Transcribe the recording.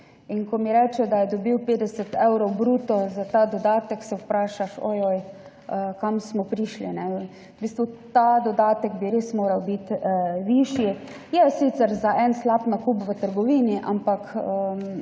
in ko mi reče, da je dobil 50 evrov bruto za ta dodatek, si rečeš: »Ojoj, kam smo prišli?!« V bistvu ta dodatek bi res moral biti višji. Je sicer za en slab nakup v trgovini, ampak